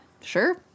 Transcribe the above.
Sure